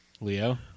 Leo